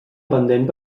pendent